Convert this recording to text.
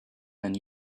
than